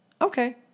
Okay